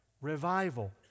revival